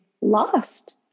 lost